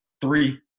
three